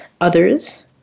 others